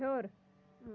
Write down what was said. ہیوٚر